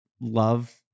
love